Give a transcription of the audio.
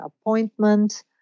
appointment